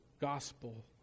gospel